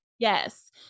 Yes